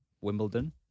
Wimbledon